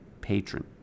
patron